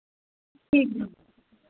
ठीक ऐ